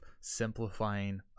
simplifying